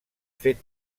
fet